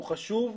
הוא חשוב,